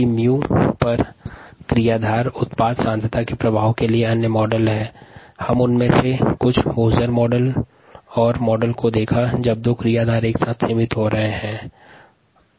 𝜇 पर क्रियाधार उत्पाद सांद्रता के प्रभाव के लिए अन्य मॉडल हैं जैसे मोजर मॉडल का उपयोग तब होता है जब दो क्रियाधार एक साथ सीमित होते हैं